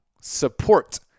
support